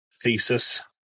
thesis